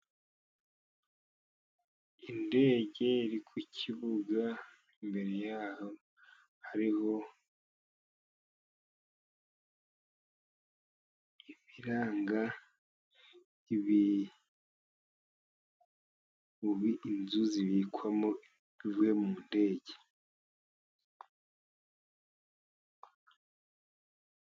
Indege iri ku kibuga, imbere yaho hariho ibiranga inzu zibikwamo ibivuye mu ndege.